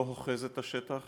לא אוחזים את השטח